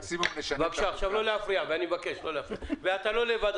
אתה לא לבד,